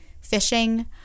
fishing